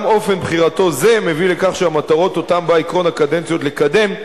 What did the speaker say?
גם אופן בחירתו זה מביא לכך שהמטרות שאותן בא עקרון הקדנציות לקדם,